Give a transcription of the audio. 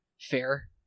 fair